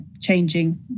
changing